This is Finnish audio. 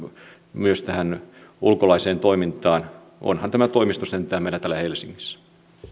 myös tähän ulkomaiseen toimintaan onhan tämä toimisto sentään meillä täällä helsingissä